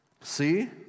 See